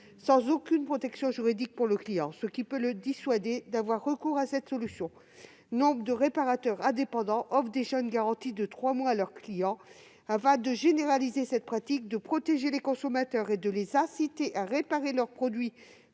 sans aucune protection juridique pour le client, ce qui peut le dissuader d'avoir recours à cette solution. Nombre de réparateurs indépendants offrent déjà une garantie de six mois à leurs clients. Afin de généraliser cette pratique, de protéger les consommateurs et de les inciter à réparer leur produit